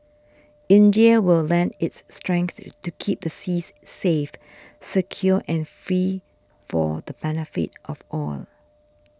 India will lend its strength to keep the seas safe secure and free for the benefit of all